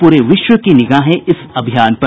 पूरे विश्व की निगाहें इस अभियान पर